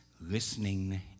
listening